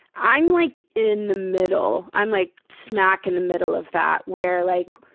i'm, like, in the middle. i'm, like, smack in the middle of that, where, like,